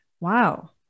wow